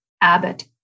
Abbott